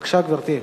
בבקשה, גברתי.